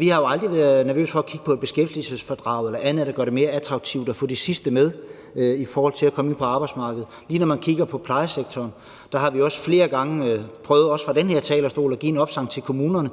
vi aldrig har været nervøse for at kigge på beskæftigelsesfradraget eller andet, der gør det mere attraktivt at få det sidste med i forhold til at komme ind på arbejdsmarkedet. Lige når vi kigger på plejesektoren, har vi flere gange prøvet også fra den her